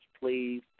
please